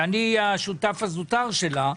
שאני השותף הזוטר שלה.